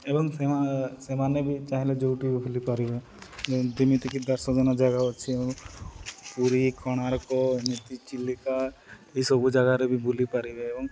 ଏବଂ ସେ ସେମାନେ ବି ଚାହିଁଲେ ଯେଉଁଠି ବି ବୁଲି ପାରିବେ ଯେମିତିକି ଦର୍ଶନୀୟ ଜାଗା ଅଛି ଏବଂ ପୁରୀ କୋଣାର୍କ ଏମିତି ଚିଲିକା ଏସବୁ ଜାଗାରେ ବି ବୁଲି ପାରିବେ ଏବଂ